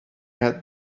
had